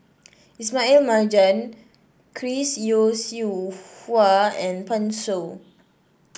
Ismail Marjan Chris Yeo Siew Hua and Pan Shou